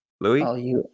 Louis